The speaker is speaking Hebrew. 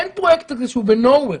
אין פרויקט כזה שהוא ב-no where.